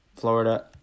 Florida